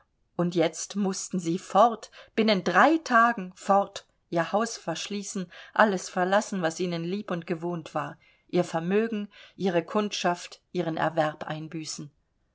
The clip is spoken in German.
und jetzt mußten sie fort binnen drei tagen fort ihr haus verschließen alles verlassen was ihnen lieb und gewohnt war ihr vermögen ihre kundschaft ihren erwerb einbüßen